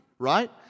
right